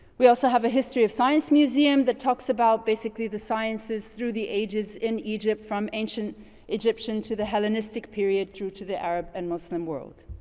we also have a history of science museum that talks about basically the sciences through the ages in egypt from ancient egyptian to the hellenistic period through to the arab and muslim world.